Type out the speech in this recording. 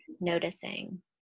noticing